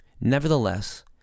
Nevertheless